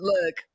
Look